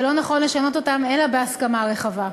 ולא נכון לשנות אותם אלא בהסכמה רחבה.